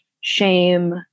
shame